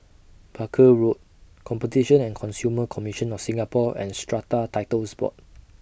Barker Road Competition and Consumer Commission of Singapore and Strata Titles Board